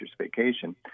vacation